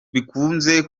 bikunze